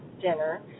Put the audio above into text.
Dinner